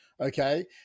okay